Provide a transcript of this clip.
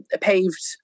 paved